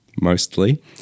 mostly